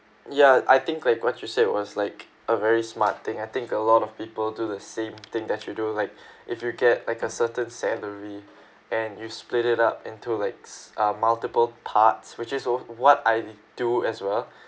ya I think like what you say was like a very smart thing I think a lot of people do the same thing that you do like if you get like a certain salary and you split it up into like uh multiple parts which is what I do as well